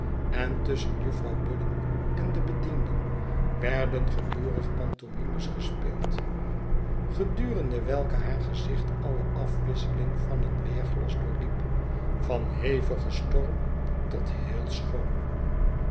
en tusschen jufvrouw budden en de bedienden werden gedurig pantomimes gespeeld gedurende welke haar gezicht alle afwisseling van een weerglas doorliep van hevige storm tot heel schoon